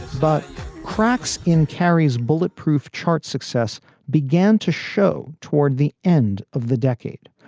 but cracks in kerry's bullet proof chart success began to show toward the end of the decade.